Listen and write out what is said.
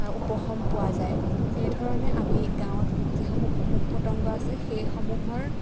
উপশম পোৱা যায় এইধৰণে আমি গাঁৱত যিসমূহ পোক পতংগ আছে সেইসমূহৰ